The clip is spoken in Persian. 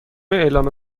اعلام